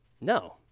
No